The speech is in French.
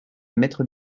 mètres